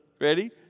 ready